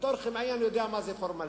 בתור כימאי אני יודע מה זה פורמלין.